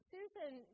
Susan